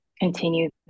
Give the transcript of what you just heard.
continue